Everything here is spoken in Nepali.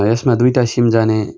यसमा दुइटा सिम जाने